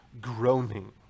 groaning